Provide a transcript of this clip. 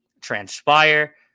transpire